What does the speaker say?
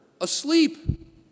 asleep